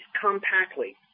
compactly